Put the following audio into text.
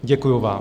Děkuji vám.